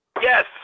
Yes